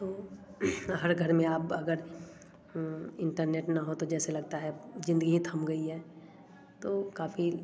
तो हर घर में आप अगर इंटरनेट न हो तो जैसे लगता है जिंदगी थम गई है तो काफ़ी